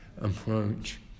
approach